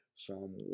Psalm